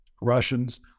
Russians